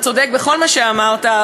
אתה צודק בכל מה שאמרת,